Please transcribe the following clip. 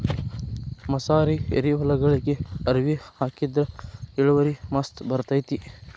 ಮಸಾರಿ ಎರಿಹೊಲಗೊಳಿಗೆ ಅವ್ರಿ ಹಾಕಿದ್ರ ಇಳುವರಿ ಮಸ್ತ್ ಬರ್ತೈತಿ